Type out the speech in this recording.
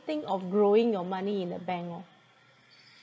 think of growing your money in the bank orh